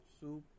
soup